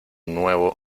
nuevo